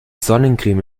sonnencreme